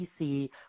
PC